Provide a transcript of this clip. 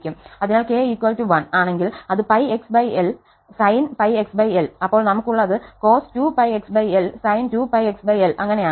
അതിനാൽ k 1 ആണെങ്കിൽ അത് 𝝥xl sin 𝝥xlഅപ്പോൾ നമുക്കുള്ളത് cos 2𝝥xl sin 2𝝥xl അങ്ങനെയാണ്